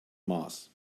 mars